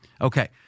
Okay